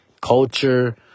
culture